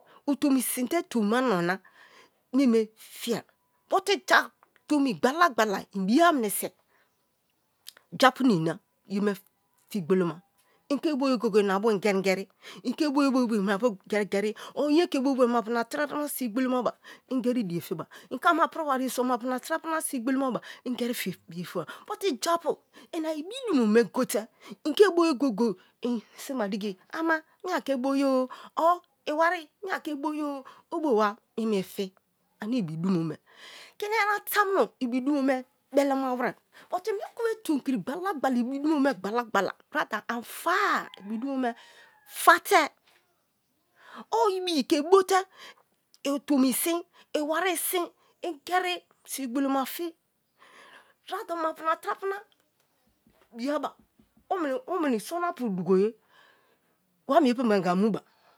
O tomi te tomi na noina meme fie but ja tomi gbala gbala inbiye minise japu nina ye me ti gboloma inke boye goyegoye ma bu ingeri geri inke boye boye boye ina bu ingeri geri or inye ke bobo mapu na trapu na trapu sibi gbola ma ba ingeri die fiba in ke ama pri wa ye mapu na tra puma sibi gbola maba ingeri die fiba but japu ina ibi chime gote inke boye goye goye ini sibi digi ama mie aki boye or iwari mie ake boye o, obo wa mie me fi ane ibi dumo me kini yana i amuno ibi dumo me belema wite but muku be tom kri gbala gbala ibi dumo gbala gbala rather ani fa-a, ibi dumo me fate o ibi ke boye tomi sin iwari sim ingeri sibi gboloma fi rather ma pu na tra pu na biga ba omini sono apu dugo ye wa mie pembe anga mu ba.